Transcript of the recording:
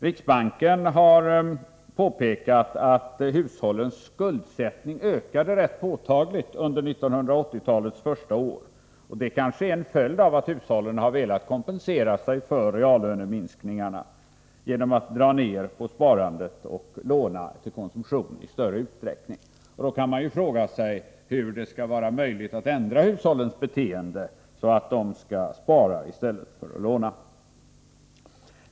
Riksbanken har påpekat att hushållens skuldsättning ökade rätt påtagligt under 1980-talets första år. Det kanske är en följd av att hushållen har velat kompensera sig för reallöneminskningarna genom att dra ned på sparandet och i större utsträckning låna till konsumtion. Då kan man fråga sig hur det skall vara möjligt att ändra hushållens beteende, så att de sparar i stället för att låna.